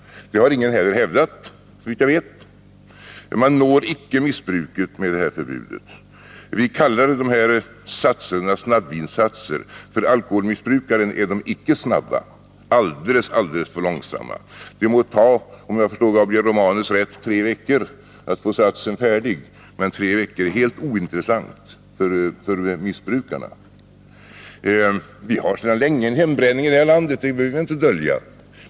Det har ingen heller hävdat, såvitt jag vet. Man når icke missbrukarna med detta förbud. Vi kallar de här satserna för snabbvinsatser. För alkoholmissbrukarna är de icke snabba utan alldeles för långsamma. Det tar, om jag förstår Gabriel Romanus rätt, tre veckor att få satsen färdig. Så lång tid som tre veckor är helt ointressant för missbrukarna. Vi har sedan länge en hembränning i det här landet — det behöver vi inte dölja.